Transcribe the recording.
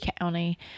County